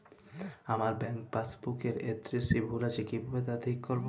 আমার bank passbook এর এড্রেসটি ভুল আছে কিভাবে তা ঠিক করবো?